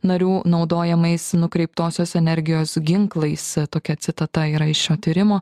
narių naudojamais nukreiptosios energijos ginklais tokia citata yra iš šio tyrimo